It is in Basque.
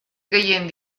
gehien